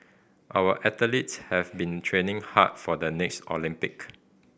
our athletes have been training hard for the next Olympic